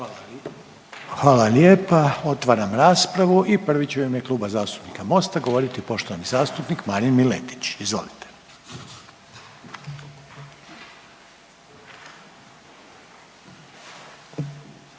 Hvala lijepa. Otvaram raspravu i prvi će u ime Kluba zastupnika Mosta govoriti poštovani zastupnik Marin Miletić. Izvolite.